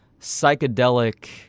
psychedelic